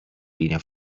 linea